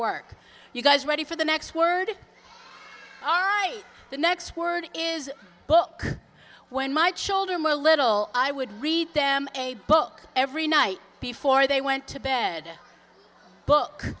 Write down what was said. work you guys ready for the next word all right the next word is book when my children were little i would read them a book every night before they went to bed book